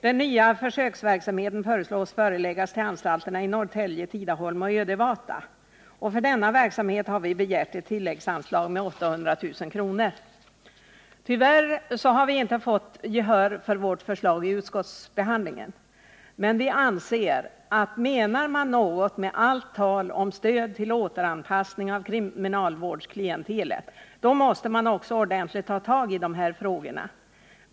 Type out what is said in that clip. Den nya försöksverksamheten föreslås förläggas till anstalterna i Norrtälje, Tidaholm och Ödevata. För denna verksamhet har vi begärt ett tilläggsanslag på 800 000 kr. Tyvärr har vi inte fått gehör för vårt förslag i utskottsbehandlingen. Men vi anser att menar man något med allt tal om stöd till återanpassning av kriminalvårdsklientelet, då måste man ta tag i frågorna.